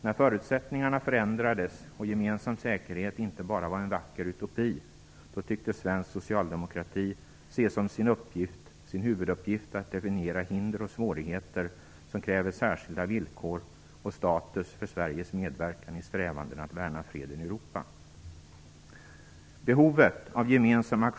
När förutsättningarna förändrades och gemensam säkerhet inte bara var en vacker utopi, tycktes svensk socialdemokrati se som sin huvuduppgift att definiera hinder och svårigheter som kräver särskilda villkor och särskild status för Sveriges medverkan i strävandena att värna freden i Europa.